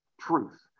truth